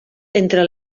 entre